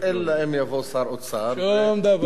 אלא אם כן יבוא שר אוצר, שום דבר.